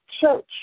church